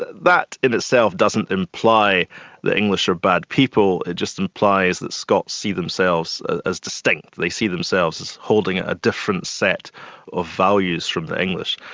that in itself doesn't imply the english are bad people it just implies that scots see themselves as distinct they see themselves as holding a different set of values from the english.